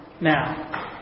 now